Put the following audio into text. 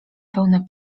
pełne